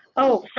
oh